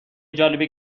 جالبی